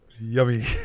Yummy